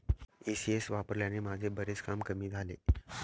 ECS वापरल्याने माझे बरेच काम कमी झाले आहे